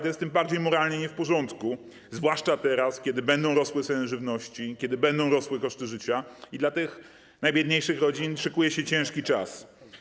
Tym bardziej to jest moralnie nie w porządku, zwłaszcza teraz, kiedy będą rosły ceny żywności, kiedy będą rosły koszty życia i dla tych najbiedniejszych rodzin szykuje się ciężki czas.